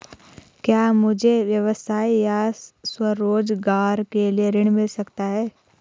क्या मुझे व्यवसाय या स्वरोज़गार के लिए ऋण मिल सकता है?